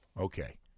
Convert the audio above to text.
Okay